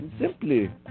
Simply